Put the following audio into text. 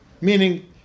Meaning